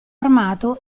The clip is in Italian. armato